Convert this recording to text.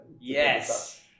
Yes